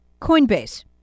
Coinbase